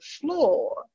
floor